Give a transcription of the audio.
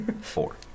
four